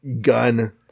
gun